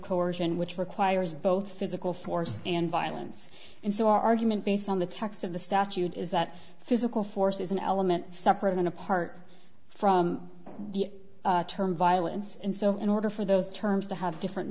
coercion which requires both physical force and violence and so argument based on the text of the statute is that physical force is an element separate and apart from the term violence and so in order for those terms to have different